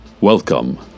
Welcome